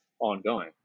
ongoing